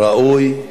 ראוי,